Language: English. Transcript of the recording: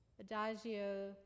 Adagio